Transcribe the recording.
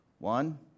One